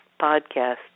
podcast